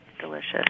delicious